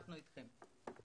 אנחנו אתכם.